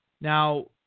Now